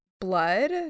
blood